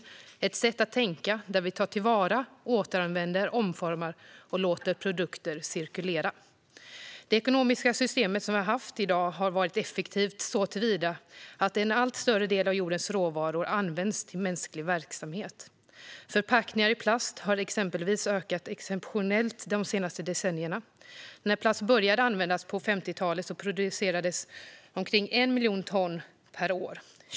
Det är ett sätt att tänka där vi tar till vara, återanvänder och omformar produkter och låter dem cirkulera. Det ekonomiska system som vi har i dag är effektivt såtillvida att en allt större del av jordens råvaror används till mänsklig verksamhet. Förpackningar i plast har exempelvis ökat exponentiellt de senaste decennierna. När plast började användas på 50-talet producerades omkring 1 miljon ton per år.